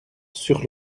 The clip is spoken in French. sur